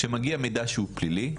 כשמגיע מידע שהוא פלילי,